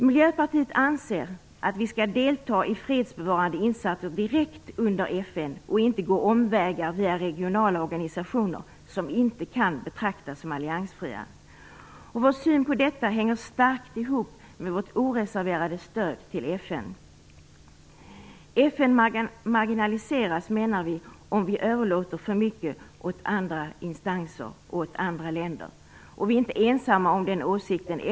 Miljöpartiet tycker att vi skall delta i fredsbevarande insatser direkt under FN och inte gå omvägar via regionala organisationer som inte kan betraktas som alliansfria. Vår syn på detta hänger starkt ihop med vårt oreserverade stöd till FN. FN marginaliseras, menar vi, om vi överlåter för mycket åt andra instanser och andra länder. Vi är inte ensamma om den åsikten.